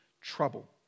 trouble